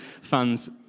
fans